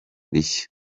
rishya